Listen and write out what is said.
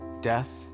death